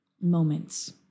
moments